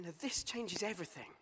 this-changes-everything